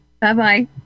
Bye-bye